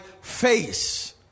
face